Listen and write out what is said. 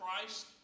Christ